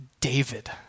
David